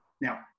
Now